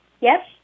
Yes